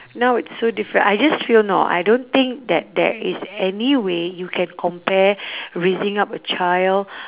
now it's so different I just feel know I don't think that there is any way you can compare raising up a child